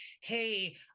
hey